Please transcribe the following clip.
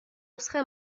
نسخه